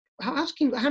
asking